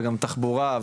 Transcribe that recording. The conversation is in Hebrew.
וגם תחבורה,